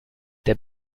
der